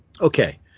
Okay